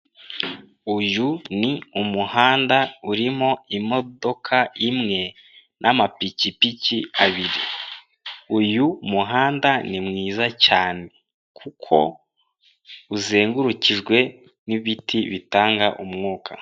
Uyu ni umuhanda urimo imodoka imwe, n'amapikipiki abiri. Uyu muhanda ni mwiza cyane kuko uzengurukijwe n'ibiti bitanga umwuka.